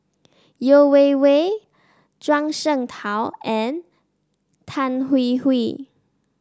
Yeo Wei Wei Zhuang Shengtao and Tan Hwee Hwee